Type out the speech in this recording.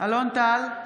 אלון טל,